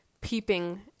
peeping